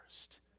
first